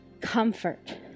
Comfort